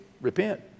Repent